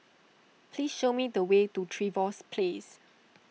please show me the way to Trevose Place